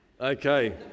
Okay